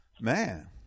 man